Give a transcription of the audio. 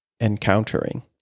encountering